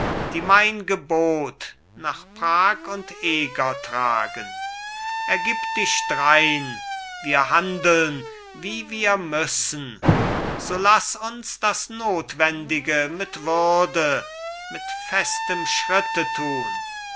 die mein gebot nach prag und eger tragen ergib dich drein wir handeln wie wir müssen so laß uns das notwendige mit würde mit festem schritte tun